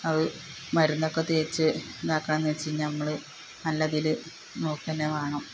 അത് മരുന്നൊക്കെ തേച്ച് ഇതാക്കണം എന്നുവെച്ചുകഴിഞ്ഞാല് നമ്മള് നല്ല ഇതില് നോക്കുകതന്നെ വേണം